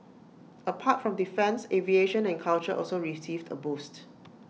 apart from defence aviation and culture also received A boost